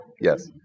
Yes